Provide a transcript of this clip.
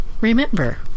remember